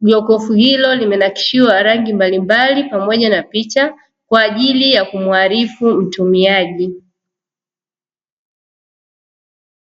Jokofu hilo limenakishiwa rangi mbalimbali pamoja na picha kwa ajili ya kumuarifu mtumiaji.